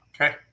Okay